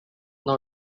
now